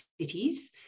cities